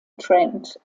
trent